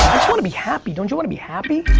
wanna be happy, don't you wanna be happy?